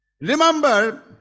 Remember